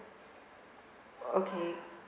okay